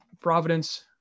Providence